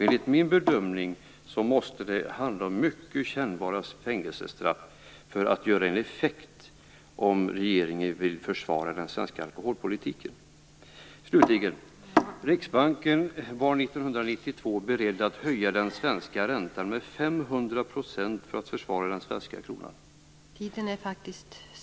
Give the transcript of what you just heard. Enligt min bedömning måste det handla om mycket kännbara fängelsestraff, om regeringen vill försvara den svenska alkoholpolitiken. Slutligen: Riksbanken var 1992 beredd att höja den svenska räntan med 500 % för att försvara den svenska kronan.